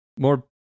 more